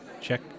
check